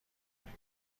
کنیم